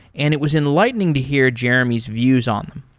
and it was enlightening to hear jeremy's views on them.